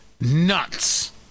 nuts